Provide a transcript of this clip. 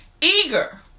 eager